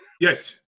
Yes